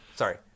Sorry